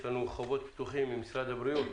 יש לנו חובות פתוחים עם משרד הבריאות.